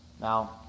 Now